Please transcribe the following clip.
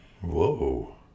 Whoa